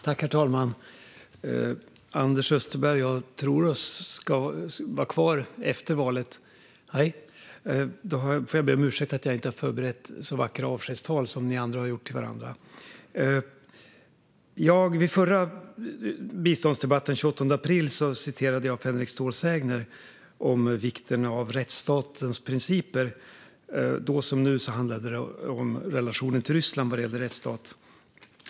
Herr talman! Jag trodde att Anders Österberg skulle vara kvar efter valet. Jag får be om ursäkt för att jag inte har förberett ett så vackert avskedstal som de andra har gjort till varandra. Vid den förra biståndsdebatten den 28 april citerade jag ur Fänrik Ståls sägner om vikten av rättsstatens principer. Då som nu handlade det om relationen till Ryssland gällande rättsstaten.